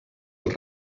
els